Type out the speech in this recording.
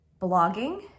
blogging